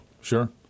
Sure